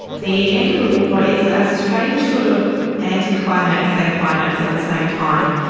the end of the war is a strange sort of anticlimax and climax at the same time.